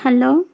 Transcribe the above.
hello